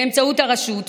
באמצעות הרשות,